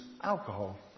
alcohol